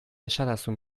esadazu